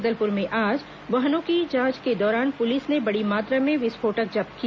जगदलपुर में आज वाहनों की जांच के दौरान पुलिस ने बड़ी मात्रा में विस्फोटक जब्त किया